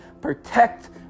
Protect